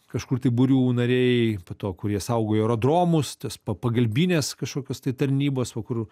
kažkur tai būrių nariai po to kurie saugojo aerodromus tas pa pagalbines kažkokios tai tarnybos va kur